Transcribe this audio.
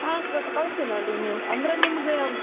ಹಾಂ ಕೊಟ್ಟು ಕಳಿಸಿ ಅಂದರೆ ನಿಮಗೆ